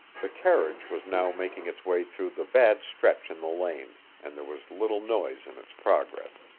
the carriage was now making its way through the bad stretch in the lane, and there was little noise in its progress.